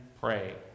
pray